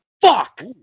Fuck